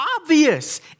obvious